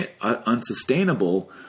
unsustainable